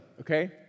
okay